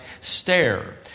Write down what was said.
stare